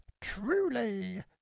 Truly